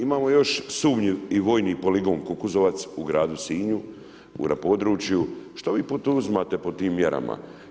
Imamo još sumnji i vojni poligon Kukuzovac u gradu Sinju na području, što vi poduzimate pod tim mjerama?